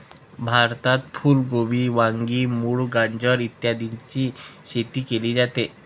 भारतात फुल कोबी, वांगी, मुळा, गाजर इत्यादीची शेती केली जाते